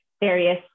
various